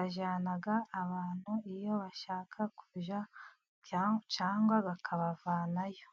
ajyana abantu iyo bashaka kujya cyangwa bakabavanayo.